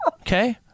Okay